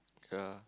yea